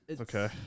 Okay